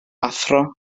athro